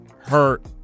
hurt